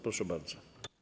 Proszę bardzo.